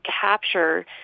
capture